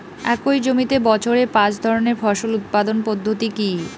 একই জমিতে বছরে পাঁচ ধরনের ফসল উৎপাদন পদ্ধতি কী?